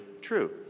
true